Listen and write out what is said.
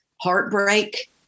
heartbreak